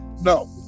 no